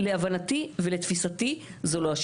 להבנתי לתפיסתי, זו לא.